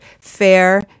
fair